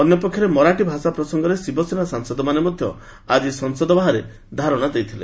ଅନ୍ୟପକ୍ଷରେ ମରାଠୀ ଭାଷା ପ୍ରସଙ୍ଗରେ ଶିବସେନା ସାଂସଦମାନେ ମଧ୍ୟ ଆଜି ସଂସଦ ବାହାରେ ଧାରଣା ଦେଇଥିଲେ